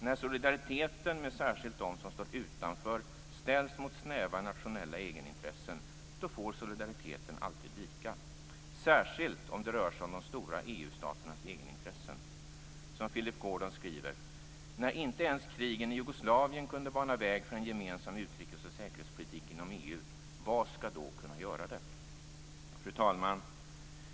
När solidariteten, särskilt med dem som står utanför, ställs mot snäva nationella egenintressen får solidariteten alltid vika, särskilt om det rör sig om de stora EU-staternas egenintressen. Som Philip Gordon skriver: När inte ens krigen i Jugoslavien kunde bana väg för en gemensam utrikes och säkerhetspolitik inom EU - vad skall då kunna göra det? Fru talman!